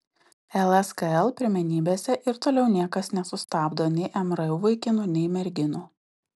lskl pirmenybėse ir toliau niekas nesustabdo nei mru vaikinų nei merginų